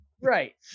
Right